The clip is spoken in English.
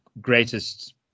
greatest